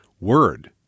Word